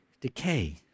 decay